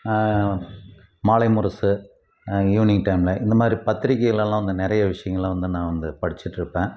மாலை முரசு ஈவினிங் டைம்ல இந்த மாதிரி பத்திரிக்கையிலெலாம் வந்து நிறைய விஷயங்கள்லாம் வந்து நான் வந்து படிச்சிகிட்டுருப்பேன்